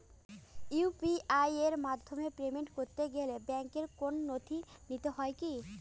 UPI এর মাধ্যমে payment করতে গেলে ব্যাংকের কোন নথি দিতে হয় কি?